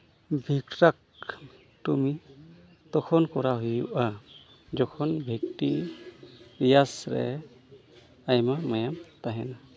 vitrectomy ᱛᱚᱠᱷᱚᱱ ᱠᱚᱨᱟᱣ ᱦᱩᱭᱩᱜᱼᱟ ᱡᱚᱠᱷᱚᱱ ᱵᱷᱤᱴᱨᱤᱭᱟᱥ ᱨᱮ ᱟᱭᱢᱟ ᱢᱟᱭᱟᱢ ᱛᱟᱦᱮᱱᱟ